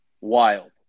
wild